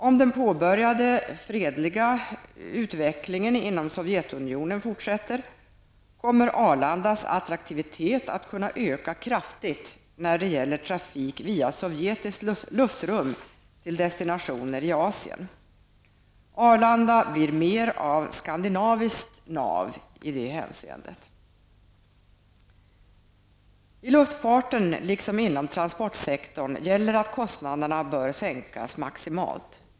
Om den påbörjade fredliga utvecklingen inom Sovjetunionen fortsätter, kommer Arlandas attraktivitet att öka kraftigt på grund av nya möjligheter till flygtrafik via sovjetiskt luftrum till destinationer i Asien. Arlanda blir mer av skandinaviskt ''nav'' i det hänseendet. Inom luftfarten liksom inom transportsektorn gäller att kostnaderna bör sänkas maximalt.